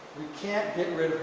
we can't get rid